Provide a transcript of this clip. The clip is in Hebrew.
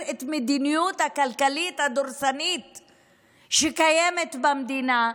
את המדיניות הכלכלית הדורסנית שקיימת במדינה,